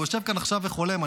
הוא יושב כאן עכשיו וחולם,